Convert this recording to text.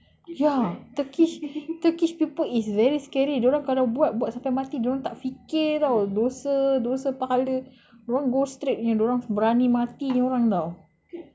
ya turkish turkish people is very scary dia orang kalau buat buat sampai mati dia orang tak fikir [tau] dosa dosa pahala dia orang go straight punya dia orang berani mati punya orang [tau]